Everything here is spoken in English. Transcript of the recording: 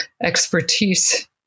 expertise